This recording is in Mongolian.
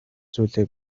зүйлээ